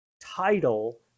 title